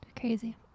Crazy